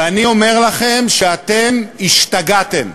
ואני אומר לכם שאתם השתגעתם.